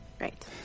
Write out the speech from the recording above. Right